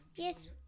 Yes